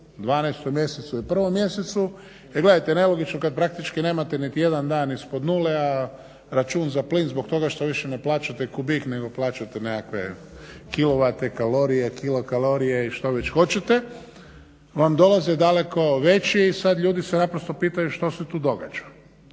12. mjesecu i 1. mjesecu. Jer gledajte nelogično kada praktički nemate niti jedan dan ispod nule a račun za plin zbog toga što više ne plaćate kubik nego plaćate nekakve kilovate, kalorije, kilokalorije i što već hoćete vam dolaze daleko veći. I sada ljudi se naprosto pitaju što se tu događa.